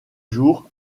jour